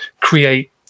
create